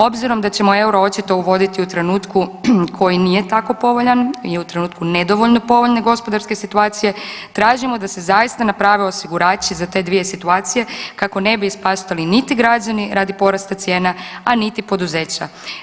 Obzirom da ćemo euro očito uvoditi u trenutku koji nije tako povoljan i u trenutku nedovoljno povoljne gospodarske situacije, tražimo da se zaista naprave osigurači za te dvije situacije, kako ne bi ispaštali niti građani radi porasta cijena, a niti poduzeća.